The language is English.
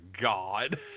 God